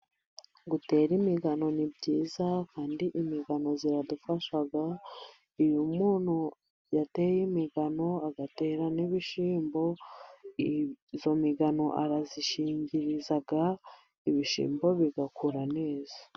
Gutera imigano ni byiza, kandi imigano yadufasha. Iyo umuntu yateye imigano, agatera n'ibishyimbo, iyo migano arazishingiriza, Ibishyimbo bigakura neza.